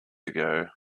ago